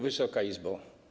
Wysoka Izbo!